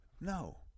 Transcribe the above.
no